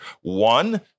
One